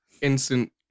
instant